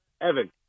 Evan